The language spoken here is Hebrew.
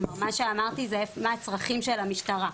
אמרתי מה הצרכים של המשטרה.